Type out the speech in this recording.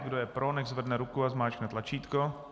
Kdo je pro, nechť zvedne ruku a zmáčkne tlačítko.